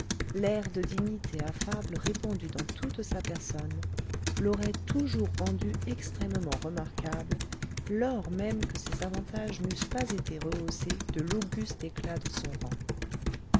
l'air de dignité affable répandu dans toute sa personne l'auraient toujours rendu extrêmement remarquable lors même que ces avantages n'eussent pas été rehaussés de l'auguste éclat de son rang